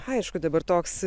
aišku dabar toks